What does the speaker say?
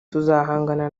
tuzahangana